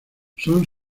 son